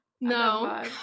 no